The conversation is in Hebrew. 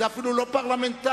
זה אפילו לא פרלמנטרי.